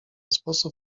sposób